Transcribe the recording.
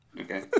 Okay